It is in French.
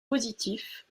positif